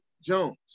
Jones